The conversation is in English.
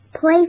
Play